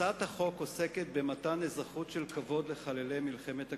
הצעת החוק עוסקת במתן אזרחות של כבוד לחללי מלחמת הקוממיות.